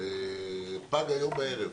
פג היום בערב.